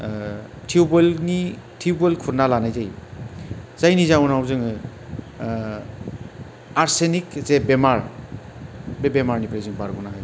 टिउबवेलखौ खुरना लानाय जायो जायनि जहोनाव जोङो आर्सेनिक जे बेमार बे बेमारनिफ्राय जों बारग'नो हायो